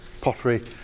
pottery